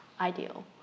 ideal